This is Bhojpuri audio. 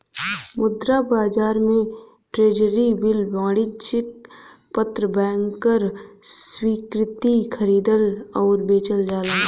मुद्रा बाजार में ट्रेज़री बिल वाणिज्यिक पत्र बैंकर स्वीकृति खरीदल आउर बेचल जाला